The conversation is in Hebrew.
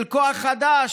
של כוח חדש,